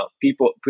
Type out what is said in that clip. people